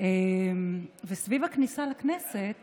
סביב הכניסה לכנסת